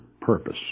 purpose